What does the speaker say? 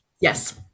Yes